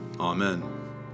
Amen